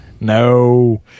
No